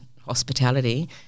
hospitality